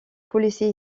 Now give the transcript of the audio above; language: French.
policier